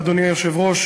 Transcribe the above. אדוני היושב-ראש,